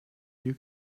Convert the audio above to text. you